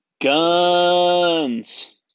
Guns